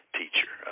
teacher